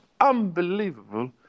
unbelievable